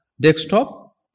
desktop